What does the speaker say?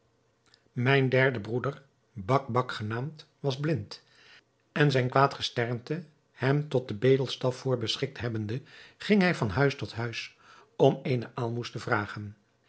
mijn derde broeder bakbac genaamd was blind en zijn kwaad gesternte hem tot den bedelstaf voorbeschikt hebbende ging hij van huis tot huis om eene aalmoes te vragen